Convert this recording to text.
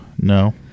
no